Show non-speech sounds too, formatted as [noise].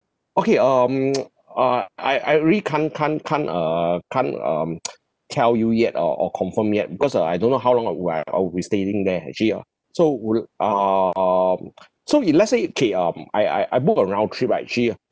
okay um [noise] uh I I I really can't can't can't err can't um [noise] [breath] tell you yet or or confirm yet because uh I don't know how long or where are we staying there actually ah so will um [breath] so if let's say okay um I I I book a round trip right ah actually uh